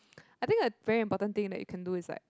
I think a very important thing that you can do is like